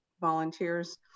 volunteers